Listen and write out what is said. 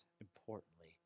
importantly